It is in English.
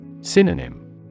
Synonym